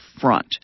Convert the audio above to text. front